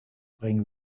bring